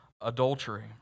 adultery